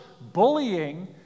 bullying